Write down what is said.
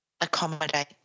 accommodate